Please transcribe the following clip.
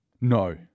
No